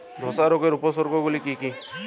ধসা রোগের উপসর্গগুলি কি কি?